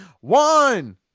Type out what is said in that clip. One